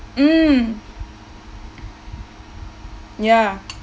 mm ya